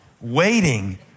waiting